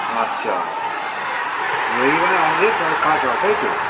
আচ্ছা রবিবার আসবে তখন কাজ হবে তাই তো